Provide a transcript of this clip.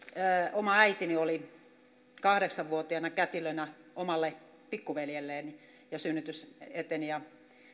oma äitini oli kahdeksan vuotiaana kätilönä oman pikkuveljensä syntyessä ja synnytys eteni ja